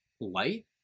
Light